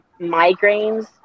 migraines